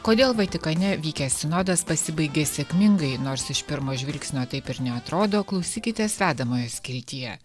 kodėl vatikane vykęs sinodas pasibaigė sėkmingai nors iš pirmo žvilgsnio taip ir neatrodo klausykitės vedamojo skiltyje